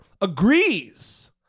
agrees